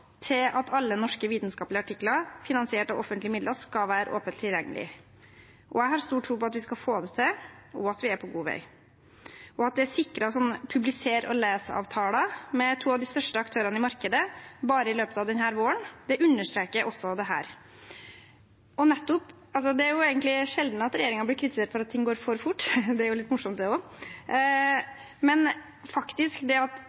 å få alle norske vitenskapelige artikler finansiert av offentlige midler åpent tilgjengelige. Jeg har stor tro på at vi skal få det til, og at vi er på god vei. At vi har sikret publiser og les-avtaler med to av de største aktørene i markedet bare i løpet av denne våren, understreker også dette. Det er sjelden regjeringen blir kritisert for å gå fram for fort, og det er jo litt morsomt, men at så mange er med, og at det er et visst tempo i prosessen, er også ganske avgjørende for at